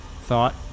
Thought